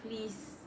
please